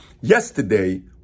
Yesterday